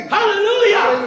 Hallelujah